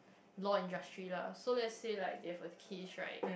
law industry lah so let's say like there is a case right